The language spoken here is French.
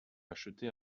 acheter